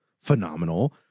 Phenomenal